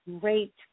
great